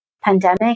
Pandemic